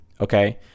Okay